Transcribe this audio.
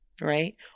right